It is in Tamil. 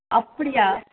அப்படியா